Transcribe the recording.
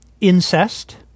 incest